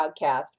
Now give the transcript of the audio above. Podcast